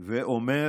כלומר